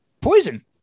Poison